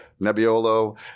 Nebbiolo